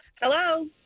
Hello